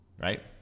Right